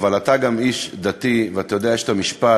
אבל אתה גם איש דתי, ואתה יודע, יש משפט,